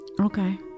Okay